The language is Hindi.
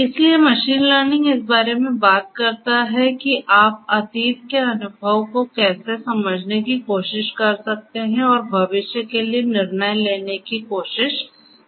इसलिए मशीन लर्निंग इस बारे में बात करता है कि आप अतीत के अनुभव को कैसे समझने की कोशिश कर सकते हैं और भविष्य के लिए निर्णय लेने की कोशिश कर सकते हैं